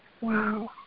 Wow